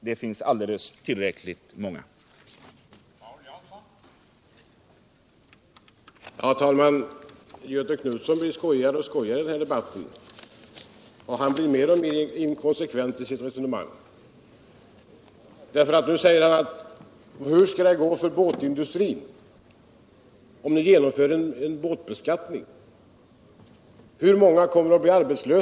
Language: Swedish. Det finns tillräckligt många skatter.